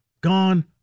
gone